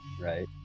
Right